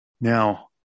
Now